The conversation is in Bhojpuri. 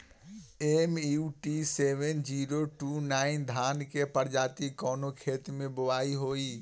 MUT seven zero two nine धान के प्रजाति कवने खेत मै बोआई होई?